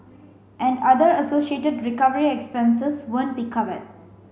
and other associated recovery expenses won't be covered